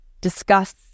discuss